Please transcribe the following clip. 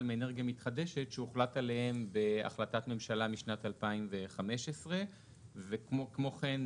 מאנרגיה מתחדשת שהוחלט עליהם בהחלטת ממשלה משנת 2015. כמו כן,